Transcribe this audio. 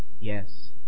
Yes